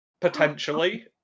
potentially